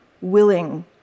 willing